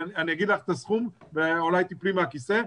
אני אגיד לך את הסכום ואולי תפלי מהכיסא,